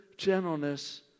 Gentleness